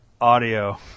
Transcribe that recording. audio